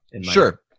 Sure